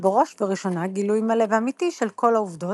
בראש וראשונה גילוי מלא ואמיתי של כל העובדות,